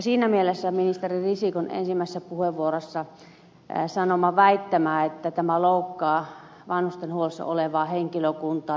siinä mielessä minä toivoisin että ministeri risikko pyörtäisi ensimmäisessä puheenvuorossaan sanomansa väittämän että tämä välikysymys loukkaa vanhustenhuollossa olevaa henkilökuntaa